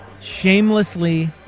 shamelessly